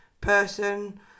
person